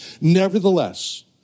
Nevertheless